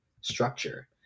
structure